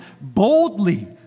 boldly